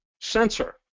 sensor